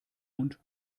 und